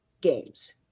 games